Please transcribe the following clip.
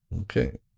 okay